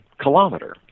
kilometer